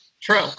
True